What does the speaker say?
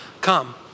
come